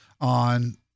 on